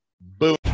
Boom